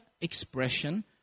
expression